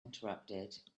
interrupted